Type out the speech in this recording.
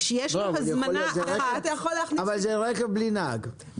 זה רכב בלי נהג.